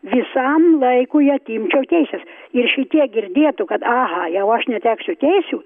visam laikui atimčiau teises ir šitie girdėtų kad aha jau aš neteksiu teisių